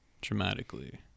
dramatically